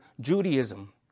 Judaism